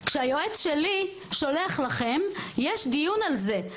כשהיועץ שלי שולח לכם: יש דיון על זה.